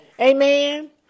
Amen